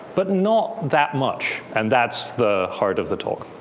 but not that much. and that's the heart of the talk.